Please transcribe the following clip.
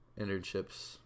internships